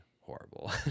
horrible